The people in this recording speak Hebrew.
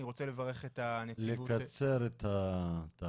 אני רוצה לברך את הנציבות --- לקצר את התהליך,